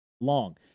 long